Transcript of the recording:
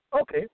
Okay